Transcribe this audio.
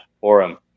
forum